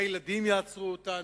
הילדים יעצרו אותנו.